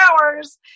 hours